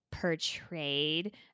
Portrayed